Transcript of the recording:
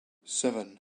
seven